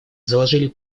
заложили